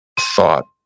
thought